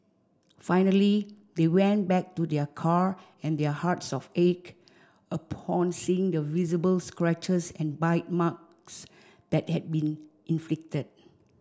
finally they went back to their car and their hearts of ached upon seeing the visible scratches and bite marks that had been inflicted